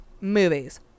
movies